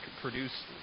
produce